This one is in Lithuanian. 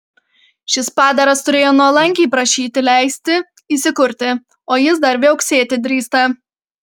šis padaras turėjo nuolankiai prašyti leisti įsikurti o jis dar viauksėti drįsta